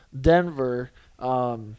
Denver –